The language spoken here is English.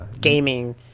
Gaming